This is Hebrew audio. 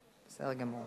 בסדר גמור.